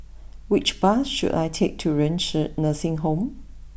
which bus should I take to Renci Nursing Home